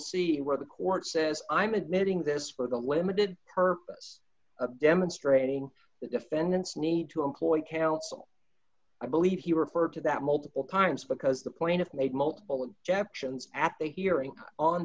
see where the court says i'm admitting this for the limited purpose of demonstrating the defendant's need to employ counsel i believe he referred to that multiple times because the plaintiff made multiple japp sions at the hearing on